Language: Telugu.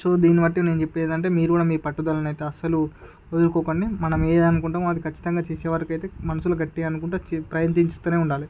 సో దీన్ని బట్టి నేను చెప్పేది ఏందంటే మీరు కూడా మీ పట్టుదలను అయితే అస్సలు వదులుకోకండి మనం ఏది అనుకుంటామో అది ఖచ్చితంగా చేసేంతవరకు మనసులో గట్టిగా అనుకుంటే ప్రయత్నిస్తూనే ఉండాలి